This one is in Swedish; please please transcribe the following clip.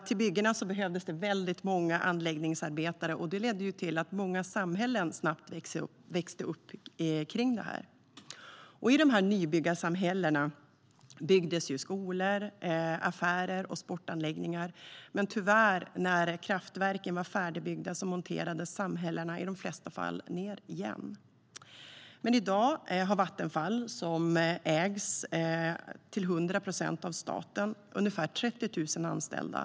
Till byggena behövdes många anläggningsarbetare, och det ledde till att många samhällen snabbt växte upp kring dem. I nybyggarsamhällena byggdes skolor, affärer och sportanläggningar. Men, tyvärr, när kraftverken var färdigbyggda monterades samhällena i de flesta fall ned igen. I dag har Vattenfall, som till 100 procent ägs av staten, ungefär 30 000 anställda.